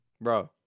Bro